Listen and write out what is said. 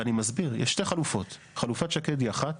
יש שתי חלופות: חלופת שקד היא אחת.